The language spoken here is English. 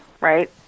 right